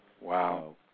Wow